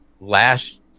last